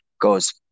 goes